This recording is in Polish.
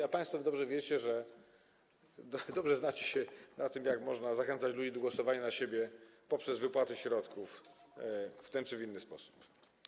A państwo dobrze wiecie, dobrze znacie się na tym, jak można zachęcać ludzi do głosowania na siebie poprzez wypłatę środków w ten czy w inny sposób.